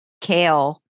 Kale